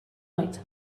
oed